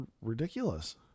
ridiculous